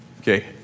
Okay